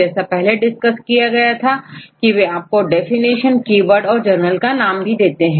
जैसे पहले डिस्कस किया गया था की वे आपको डेफिनेशन कीवर्ड और जर्नल का नाम देते हैं